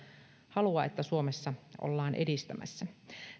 halua että suomessa ollaan edistämässä